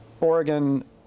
Oregon